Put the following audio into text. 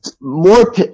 more